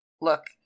look